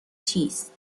چیست